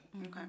Okay